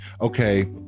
Okay